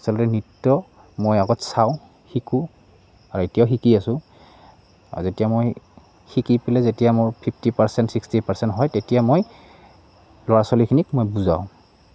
আচলতে নৃত্য মই আগত চাওঁ শিকোঁ আৰু এতিয়াও শিকি আছোঁ আৰু যেতিয়া মই শিকি পেলাই যেতিয়া মোৰ ফিফটি পাৰ্চেণ্ট ছিক্সটি পাৰ্চেণ্ট হয় তেতিয়া মই ল'ৰা ছোৱালীখিনিক মই বুজাওঁ